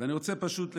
אני רוצה פשוט לצטט,